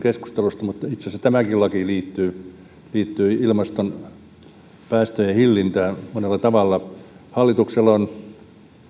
keskustelusta mutta itse asiassa tämäkin laki liittyy liittyy ilmaston päästöjen hillintään monella tavalla hallituksella on